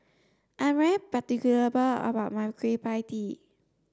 I'm particular about my Kueh Pie Tee